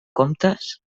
comptes